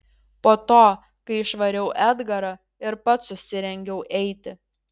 po to kai išvariau edgarą ir pats susirengiau eiti